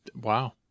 Wow